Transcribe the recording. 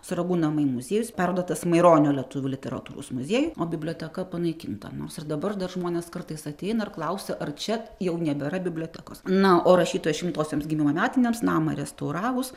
sruogų namai muziejus perduotas maironio lietuvių literatūros muziejui o biblioteka panaikinta nors ir dabar žmonės kartais ateina ir klausia ar čia jau nebėra bibliotekos na o rašytojo šimtosioms gimimo metinėms namą restauravus